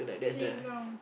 playground